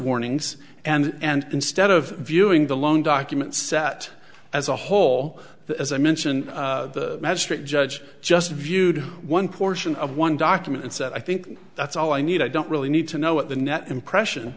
warnings and instead of viewing the loan documents that as a whole as i mentioned the magistrate judge just viewed one portion of one document and said i think that's all i need i don't really need to know what the net impression